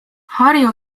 harju